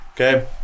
Okay